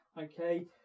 Okay